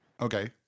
Okay